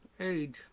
Age